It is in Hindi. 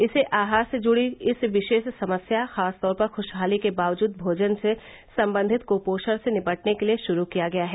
इसे आहार से जुड़ी इस विशेष समस्या खासतौर पर खुशहाली के बावजूद भोजन से संबंधित कुपोषण से निपटने के लिए शुरू किया गया है